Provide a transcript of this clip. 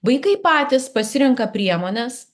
vaikai patys pasirenka priemones